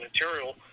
material